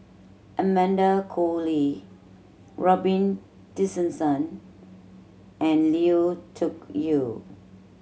Amanda Koe Lee Robin Tessensohn and Lui Tuck Yew